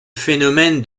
phénomène